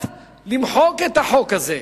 למחוק את החוק הזה.